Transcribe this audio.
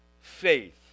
faith